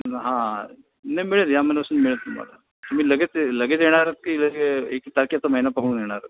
हां नाही मिळेल या महिन्यापासून मिळेल तुम्हाला तुम्ही लगेच लगेच येणार आहेत की एक तारखेचा महिना पकडून येणार आहात